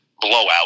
blowout